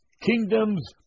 kingdoms